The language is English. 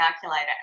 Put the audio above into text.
calculator